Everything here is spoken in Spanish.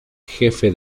jefe